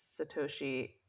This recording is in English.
Satoshi